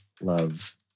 Love